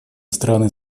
страны